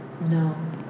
No